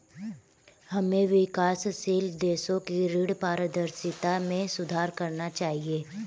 हमें विकासशील देशों की ऋण पारदर्शिता में सुधार करना चाहिए